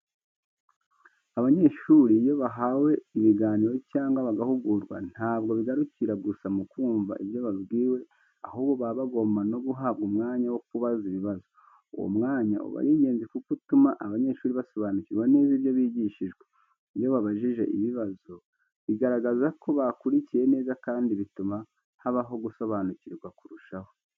Abanyeshuri iyo bahawe ibiganiro cyangwa bagahugurwa, ntabwo bigarukira gusa mu kumva ibyo babwiwe, ahubwo baba bagomba no guhabwa umwanya wo kubaza ibibazo. Uwo mwanya uba ari ingenzi kuko utuma abanyeshuri basobanukirwa neza ibyo bigishijwe. Iyo babajije ibibazo, bigaragaza ko bakurikiye neza, kandi bituma habaho gusobanukirwa kurushaho.